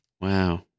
wow